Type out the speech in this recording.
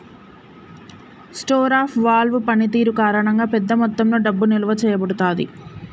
store of value పనితీరు కారణంగా, పెద్ద మొత్తంలో డబ్బు నిల్వ చేయబడతాది